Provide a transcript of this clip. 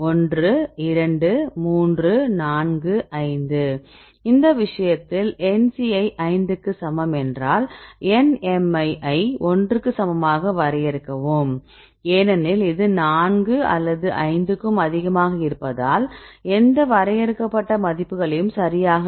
1 2 3 4 5 இந்த விஷயத்தில் nci 5 க்கு சமம் என்றால் nmi ஐ ஒன்றுக்கு சமமாக வரையறுக்கவும் ஏனெனில் இது 4 அல்லது 5 க்கும் அதிகமாக இருப்பதால் எந்த வரையறுக்கப்பட்ட மதிப்புகளையும் சரியாக வைக்கலாம்